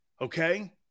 Okay